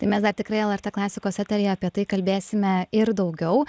tai mes dar tikrai lrt klasikos etery apie tai kalbėsime ir daugiau